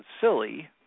silly